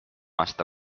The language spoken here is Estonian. aasta